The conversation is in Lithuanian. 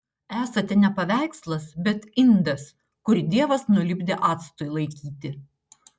esate ne paveikslas bet indas kurį dievas nulipdė actui laikyti